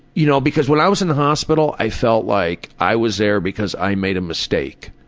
you know, because when i was in the hospital, i felt like i was there because i made a mistake,